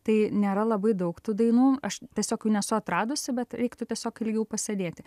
tai nėra labai daug tų dainų aš tiesiog jų nesu atradusi bet reiktų tiesiog ilgiau pasėdėti